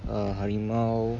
err harimau